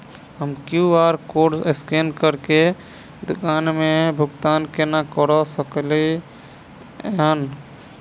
हम QR code scan करके दुकान मे भुगतान केना करऽ सकलिये एहन?